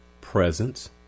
presence